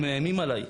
הם מאיימים עליי.